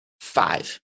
five